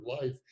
life